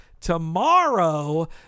tomorrow